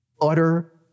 Utter